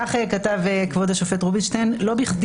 כך כתב כבוד השופט רובינשטיין: "לא בכדי,